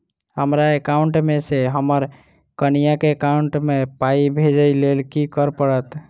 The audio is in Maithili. हमरा एकाउंट मे सऽ हम्मर कनिया केँ एकाउंट मै पाई भेजइ लेल की करऽ पड़त?